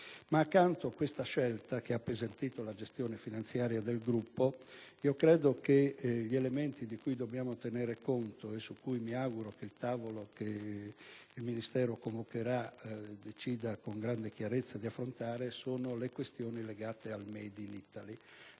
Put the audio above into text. Ma accanto a questa scelta, che ha appesantito la gestione finanziaria del gruppo, credo che le questioni di cui dobbiamo tener conto, e che mi auguro che il tavolo che il Ministero convocherà decida con grande chiarezza di affrontare, sono quelle legate al *made in Italy*.